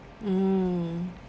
mm